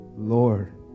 lord